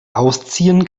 ausziehen